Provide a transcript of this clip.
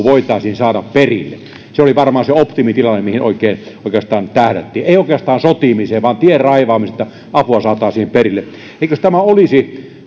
voitaisiin saada perille se oli varmaan se optimitilanne mihin oikeastaan tähdättiin ei oikeastaan sotimiseen vaan tien raivaamiseen että apua saataisiin perille eikös tämä olisi